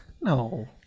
No